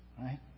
Right